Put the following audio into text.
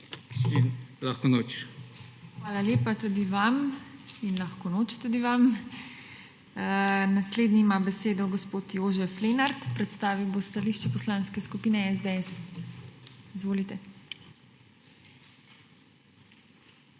TINA HEFERLE: Hvala lepa tudi vam in lahko noč tudi vam. Naslednji ima besedo gospod Jožef Lenart, predstavil bo stališče Poslanske skupine SDS. Izvolite.